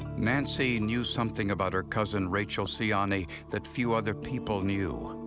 nancy knew something about her cousin rachel siani that few other people knew.